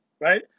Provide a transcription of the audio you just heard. right